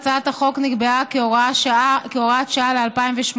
הצעת החוק נקבעה כהוראת שעה ל־2018,